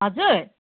हजुर